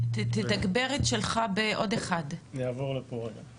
ההגירה ומעברי הגבול רחל אוברמן